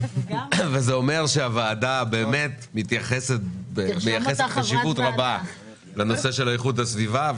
זה אומד שהוועדה באמת מייחסת חשיבות רבה לנושא איכות הסביבה.